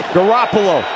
Garoppolo